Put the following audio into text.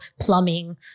plumbing